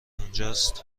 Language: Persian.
اونجاست